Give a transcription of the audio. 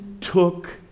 took